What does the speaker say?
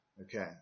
Okay